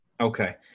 Okay